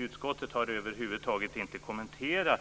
Utskottet har över huvud taget inte kommenterat